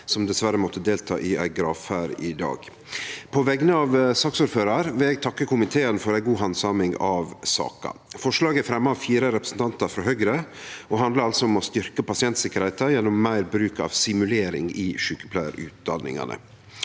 som dessverre måtte delta i ei gravferd i dag. På vegner av saksordføraren vil eg takke komiteen for ei god handsaming av saka. Forslaget er fremja av fire representantar frå Høgre og handlar om å styrkje pasientsikkerheita gjennom meir bruk av simulering i sjukepleiarutdanningane.